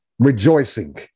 Rejoicing